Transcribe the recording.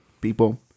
people